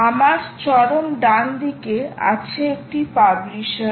আমার চরম ডান দিকে আছে একটি পাবলিশার